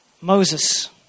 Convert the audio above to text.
Moses